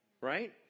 Right